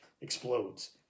explodes